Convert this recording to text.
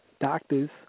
doctors